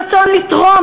שמעתי אותם.